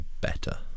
better